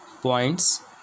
points